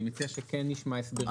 אני מציע שכן נשמע הסברים.